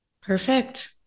Perfect